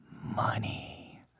money